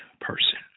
person